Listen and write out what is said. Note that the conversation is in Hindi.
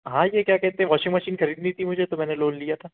हाँ ये क्या कहते वॉशिंग मशीन खरीदनी थी मुझे तो मैंने लोन लिया था